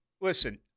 Listen